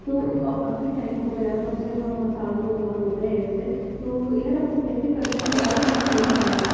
تو اب کافی ٹائم ہو گیا یار کم سے کم سال دو سال ہو گئے اسے تو یار اب وہ کیسے کرتے ہیں دوبارہ میں نا بھول گئی ہوں